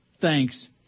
Thanks